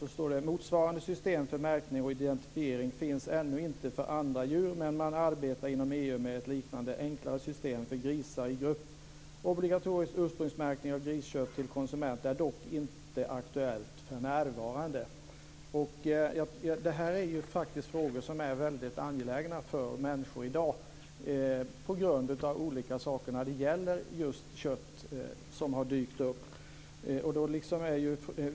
Det står: "Motsvarande system för märkning och identifiering finns ännu inte för andra djur, men man arbetar inom EU med ett liknande, enklare system för grisar i grupp. Obligatorisk ursprungsmärkning av griskött till konsument är dock inte aktuell för närvarande." Det här är ju faktiskt frågor som är väldigt angelägna för människor i dag på grund av olika saker när det gäller just kött som har dykt upp.